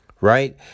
right